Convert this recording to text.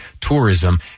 tourism